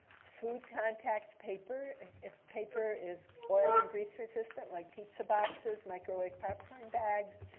food contact paper. if if paper is oil and grease resistant, like pizza boxes, microwave popcorn bags,